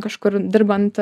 kažkur dirbant